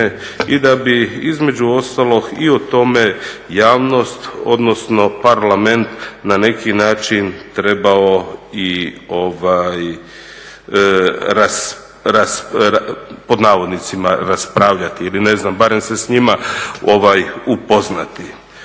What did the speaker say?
i da bi između ostalog i o tome javnost, odnosno Parlament na neki način trebao pod navodnicima "raspravljati" ili ne znam barem se s njima upoznati.